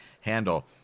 handle